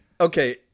Okay